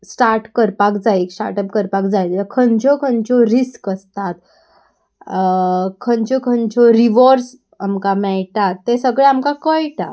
start करपाक जाय start up करपाक जाय जाल्यार खंयच्यो खंयच्यो रिस्क आसतात खंयच्यो खंयच्यो रिवोर्ड्स आमकां मेळटा ते सगळें आमकां कळटा